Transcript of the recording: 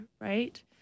right